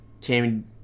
came